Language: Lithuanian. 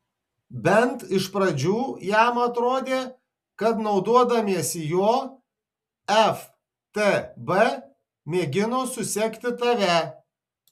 bent iš pradžių jam atrodė kad naudodamiesi juo ftb mėgino susekti tave